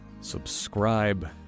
Subscribe